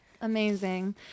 Amazing